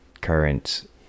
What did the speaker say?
current